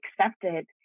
accepted